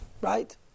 Right